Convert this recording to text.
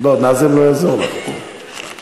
נאזם לא יעזור לך פה.